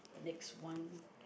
the next one